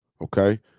okay